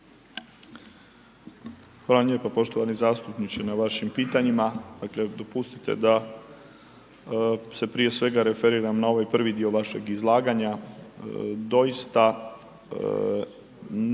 vam lijepo poštovani zastupniče na vašim pitanjima. Dakle, dopustite da se prije svega referiram na ovaj prvi dio vašeg izlaganja, doista